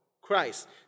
Christ